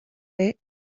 est